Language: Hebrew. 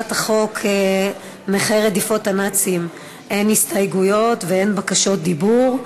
להצעת החוק נכי רדיפות הנאצים אין הסתייגויות ואין בקשות דיבור,